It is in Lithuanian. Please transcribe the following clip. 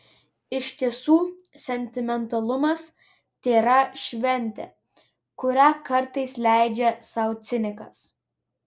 iš tiesų sentimentalumas tėra šventė kurią kartais leidžia sau cinikas